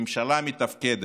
ממשלה מתפקדת,